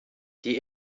die